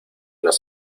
nos